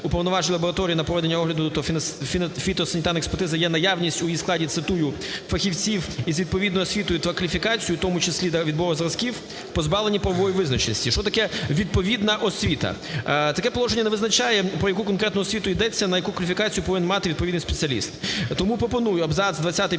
уповноваження лабораторії на проведення огляду та фітосанітарної експертизи є наявність у її складі, цитую "фахівців із відповідною освітою та кваліфікацією, в тому числі для відбору зразків, позбавлені правової визначеності". Що таке "відповідна освіта"? Таке положення не визначає, про яку конкретно освіту йдеться, на яку кваліфікацію повинен мати відповідний спеціаліст. Тому пропоную абзац